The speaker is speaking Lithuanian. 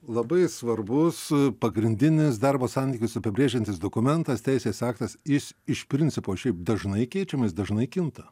labai svarbus pagrindinis darbo santykius apibrėžiantis dokumentas teisės aktas jis iš principo šiaip dažnai keičiamas dažnai kinta